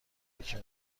یکی